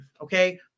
okay